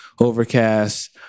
Overcast